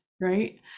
right